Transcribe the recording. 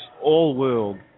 all-world